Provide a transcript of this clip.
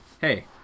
Hey